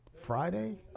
Friday